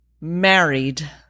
married